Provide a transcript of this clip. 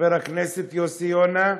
חבר הכנסת יוסי יונה,